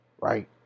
Right